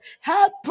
Help